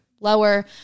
lower